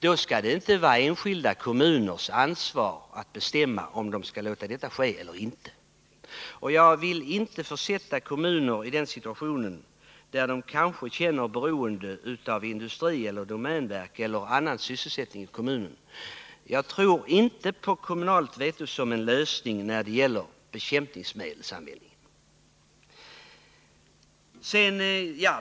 Då skall inte enskilda kommuner ha ansvaret att bestämma om bekämpningsmedel får användas eller inte. Jag vill inte försätta kommuner i en situation där de kanske känner sig beroende av industrier och domänverket eller kanske tvingas ta hänsyn till annan sysselsättning i kommunen. Jag tror inte på kommunalt veto som en lösning när det gäller bekämpningsmedelsanvändningen.